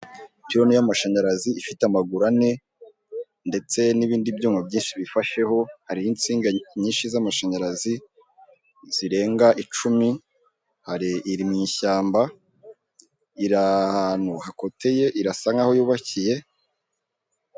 Ipironi y'amashanyarazi ifite amaguru ane ndetse n'ibindi byuma byinshi bifasheho hariho insinga nyishi z'amashanyarazi zirenga icumi hari iri mu ishyamba iri ahantu hakoteye irasa nk'aho yubakiye.